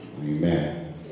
Amen